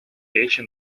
речи